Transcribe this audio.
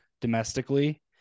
domestically